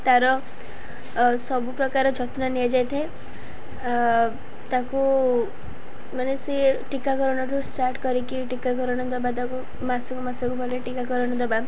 ତାର ସବୁପ୍ରକାର ଯତ୍ନ ନିଆଯାଇଥାଏ ତାକୁ ମାନେ ସିଏ ଟୀକାକରଣଠୁ ଷ୍ଟାର୍ଟ କରିକି ଟୀକାକରଣ ଦବା ତାକୁ ମାସକୁ ମାସକୁ ଭଲରେ ଟୀକାକରଣ ଦବା